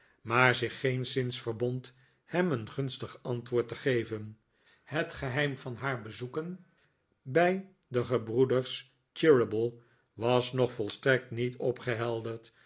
maar zich geenszins verbond hem een gunstig antwoord te geven het geheim van haar bezoeken bij de gebroeders cheerybles was nog volstrekt niet